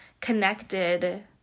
connected